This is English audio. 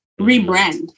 rebrand